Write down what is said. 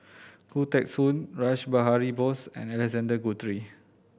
Khoo Teng Soon Rash Behari Bose and Alexander Guthrie